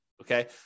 okay